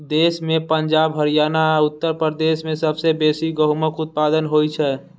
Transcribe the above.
देश मे पंजाब, हरियाणा आ उत्तर प्रदेश मे सबसं बेसी गहूमक उत्पादन होइ छै